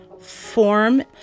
form